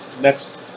next